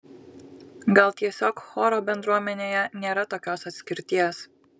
gal tiesiog choro bendruomenėje nėra tokios atskirties